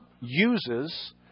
uses